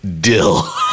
Dill